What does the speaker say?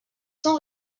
sans